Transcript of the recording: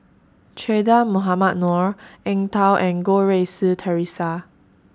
Che Dah Mohamed Noor Eng Tow and Goh Rui Si Theresa